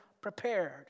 prepared